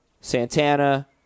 Santana